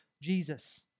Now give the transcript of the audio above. Jesus